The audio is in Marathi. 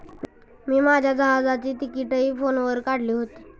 मी माझ्या जहाजाची तिकिटंही फोनवर काढली होती